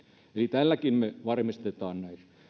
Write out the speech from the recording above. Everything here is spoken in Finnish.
eli tälläkin me varmistamme näitä